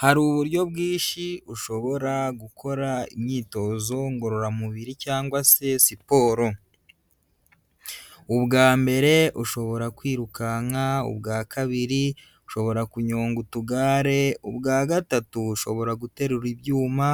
Hari uburyo bwinshi ushobora gukora imyitozo ngororamubiri cyangwa se siporo. Ubwa mbere ushobora kwirukanka, ubwa kabiri ushobora kunyonga utugare, ubwa gatatu ushobora guterura ibyuma,